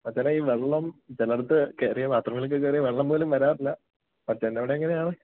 മച്ചാനെ ഈ വെള്ളം ചിലയിടത്ത് കയറിയാല് ബാത്റൂമിലൊക്കെ കയറിയാല് വെള്ളം പോലും വരാറില്ല മച്ചാൻ്റെയവിടെ എങ്ങനെയാണ്